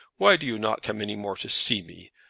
why do you not come any more to see me?